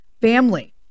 family